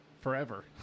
Forever